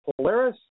Polaris